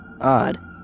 odd